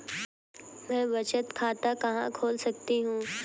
मैं बचत खाता कहां खोल सकती हूँ?